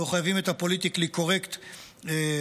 ולא חייבים את הפוליטיקלי-קורקט הקיים.